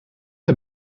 der